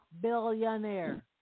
billionaire